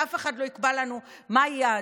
ואף אחד לא יקבע לנו מהי יהדות.